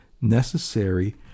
necessary